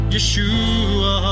Yeshua